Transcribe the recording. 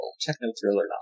techno-thriller